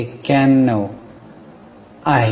91 आहे